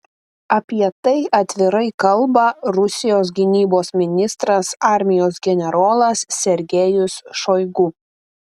apie tai atvirai kalba rusijos gynybos ministras armijos generolas sergejus šoigu